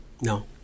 no